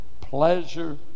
pleasure